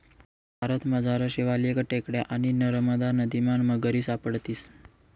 भारतमझार शिवालिक टेकड्या आणि नरमदा नदीमा मगरी सापडतीस